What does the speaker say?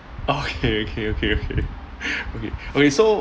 okay okay okay okay okay so